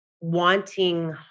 wanting